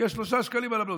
יהיו 3 שקלים על הבלו,